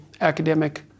academic